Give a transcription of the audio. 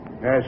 Yes